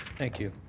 thank you.